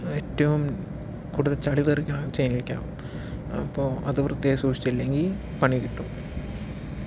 ഏറ്റവും കൂടുതൽ ചളി തെറിക്കണത് ചെയിനിലേക്കാ അപ്പോൾ അത് വൃത്തിയായി സൂക്ഷിച്ചില്ലെങ്കിൽ പണി കിട്ടും